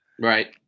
Right